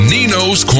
Nino's